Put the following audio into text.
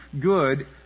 good